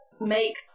make